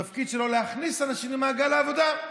התפקיד שלו להכניס אנשים למעגל העבודה.